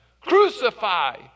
crucify